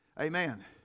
Amen